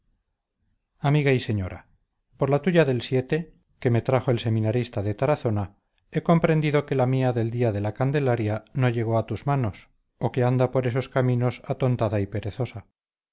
amiga y señora por la tuya del que me trajo el seminarista de tarazona he comprendido que la mía del día de la candelaria no llegó a tus manos o que anda por esos caminos atontada y perezosa